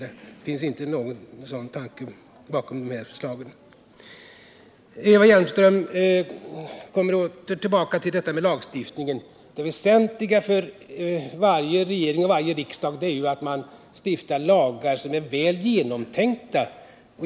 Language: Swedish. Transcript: Något sådant finns inte alls bakom de här förslagen. Eva Hjelmström kom tillbaka till detta med lagstiftning. Det väsentliga för varje regering och varje riksdag är att stifta lagar som är väl genomtänkta.